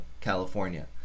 California